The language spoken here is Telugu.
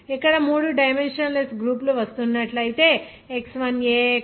ఇక్కడ మూడు డైమెన్షన్ లెస్ గ్రూపు లు వస్తున్నట్లయితే X1a X2a